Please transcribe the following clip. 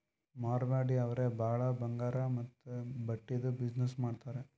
ಮಾರ್ವಾಡಿ ಅವ್ರೆ ಭಾಳ ಬಂಗಾರ್ ಮತ್ತ ಬಟ್ಟಿದು ಬಿಸಿನ್ನೆಸ್ ಮಾಡ್ತಾರ್